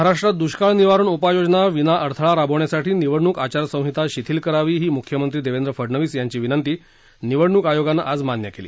महाराष्ट्रात दुष्काळ निवारण उपाययोजना विनाअडथळा राबवण्यासाठी निवडणूक आचारसंहिता शिथिल करावी ही मुख्यमंत्री देवेंद्र फडनवीस यांची विनंती निवडणूक आयोगानं आज मान्य केली